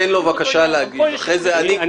זה בדיוק אותו עניין.